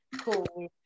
cool